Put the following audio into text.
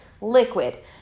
liquid